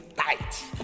tight